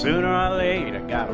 sooner or later got